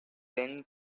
then